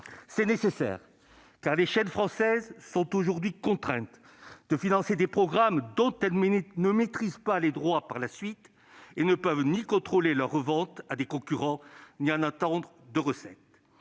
C'est nécessaire, car les chaînes françaises sont aujourd'hui contraintes de financer des programmes dont elles ne maîtrisent pas les droits par la suite, et elles ne peuvent ni contrôler leur revente à des concurrents ni en attendre de recettes.